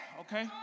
Okay